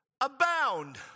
abound